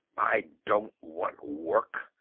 i don't want work,